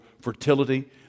fertility